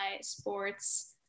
sports